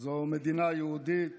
זו מדינה יהודית,